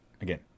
Again